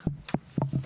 רבתי.